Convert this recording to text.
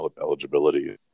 eligibility